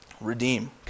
redeem